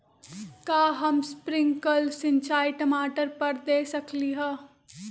का हम स्प्रिंकल सिंचाई टमाटर पर दे सकली ह?